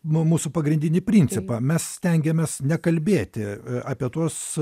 nu mūsų pagrindinį principą mes stengiamės nekalbėti apie tuos